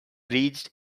reached